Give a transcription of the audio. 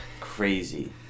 crazy